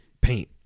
paint